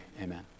Amen